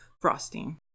frosting